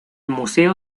museo